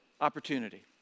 opportunity